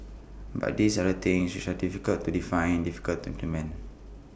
but these are everything which are difficult to define difficult to implement